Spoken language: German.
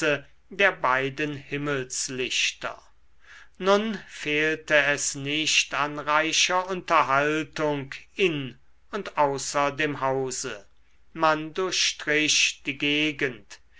der beiden himmelslichter nun fehlte es nicht an reicher unterhaltung in und außer dem hause man durchstrich die gegend